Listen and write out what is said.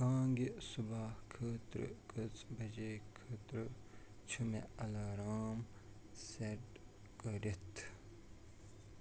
بانگہِ صبح خٲطرٕ کٔژ بجے خٲطرٕ چھُ مےٚ الارام سیٹ کٔرِتھ